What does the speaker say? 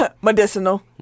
Medicinal